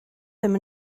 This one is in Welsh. ddim